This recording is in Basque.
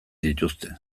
dituzte